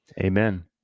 amen